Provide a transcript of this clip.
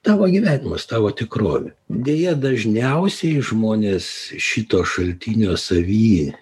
tavo gyvenimas tavo tikrovė deja dažniausiai žmonės šito šaltinio savy